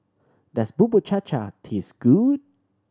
does Bubur Cha Cha taste good